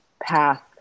path